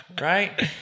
Right